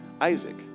Isaac